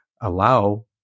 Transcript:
allow